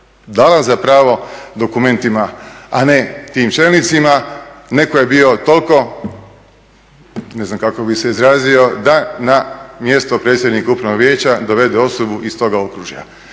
dala za pravo dokumentima, a ne tim čelnicima, netko je bio toliko, ne znam kako bih se izrazio, da na mjesto predsjednika Upravnog vijeća dovede osobu iz toga okružja.